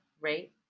rate